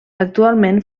actualment